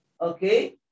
okay